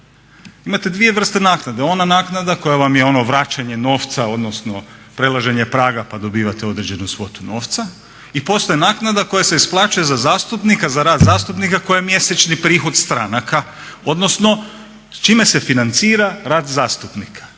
Imate dvije vrste naknade, ona naknada koja vam je ono vraćanje novca odnosno prelaženje praga pa dobivate određenu svotu novca i postoji naknada koja se isplaćuje za zastupnika, za rad zastupnika koja je mjesečni prihod stranaka odnosno s čime se financira rad zastupnika.